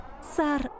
Sar